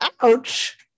Ouch